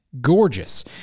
gorgeous